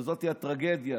שזאת הטרגדיה